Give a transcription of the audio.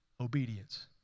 obedience